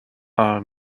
are